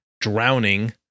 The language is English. drowning